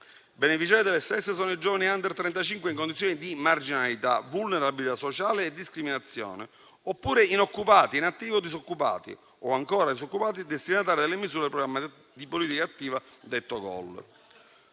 Beneficiati dalle stesse sono i giovani *under* 35 in condizioni di marginalità, vulnerabilità sociale e discriminazione, oppure inoccupati, inattivi o disoccupati, o ancora disoccupati e destinatari delle misure di politica attiva (Garanzia